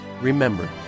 remember